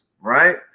right